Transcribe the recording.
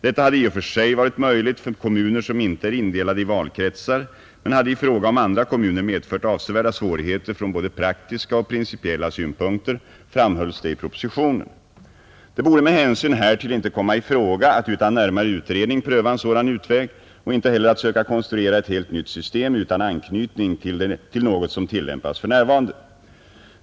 Detta hade i och för sig varit möjligt för kommuner som inte är indelade i valkretsar men hade i fråga om andra kommuner medfört avsevärda svårigheter från både praktiska och principiella synpunkter, framhölls det i propositionen. Det borde med hänsyn härtill inte komma i fråga att utan närmare utredning pröva en sådan utväg och inte heller att söka konstruera ett helt nytt system utan anknytning till något som tillämpas för närvarande.